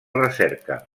recerca